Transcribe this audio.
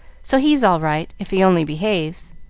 so he's all right, if he only behaves.